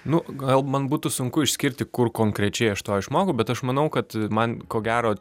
nu gal man būtų sunku išskirti kur konkrečiai aš to išmokau bet aš manau kad man ko gero